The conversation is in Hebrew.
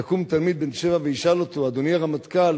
יקום תלמיד בן שבע וישאל אותו: אדוני הרמטכ"ל,